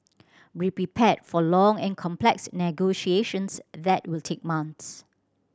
be prepared for long and complex negotiations that will take months